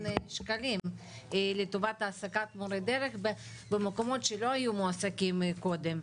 שקלים לטובת העסקת מורי דרך במקומות שלא היו מועסקים קודם,